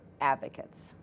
advocates